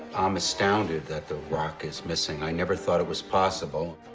i'm astounded that the rock is missing. i never thought it was possible.